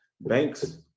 Banks